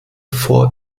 vor